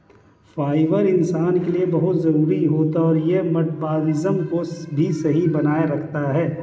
fibre इंसान के लिए बहुत जरूरी होता है यह मटबॉलिज़्म को भी सही बनाए रखता है